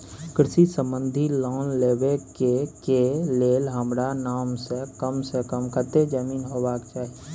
कृषि संबंधी लोन लेबै के के लेल हमरा नाम से कम से कम कत्ते जमीन होबाक चाही?